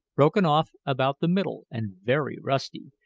broken off about the middle and very rusty,